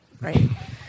right